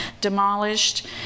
demolished